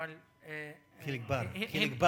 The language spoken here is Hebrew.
חיליק בר.